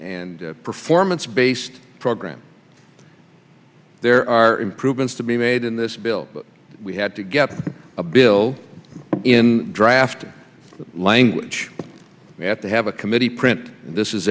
d performance based program there are improvements to be made in this bill but we had to get a bill in draft language we have to have a committee print this is